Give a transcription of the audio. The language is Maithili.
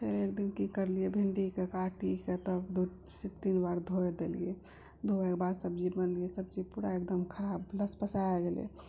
फेर एकदिन की करलियै भिण्डीके काटिके तब दू सँ तीन बेर धोए देलियै धोएके बाद सब्जी बनेलियै सब्जी पूरा एकदम खराब लसपसाए गेलै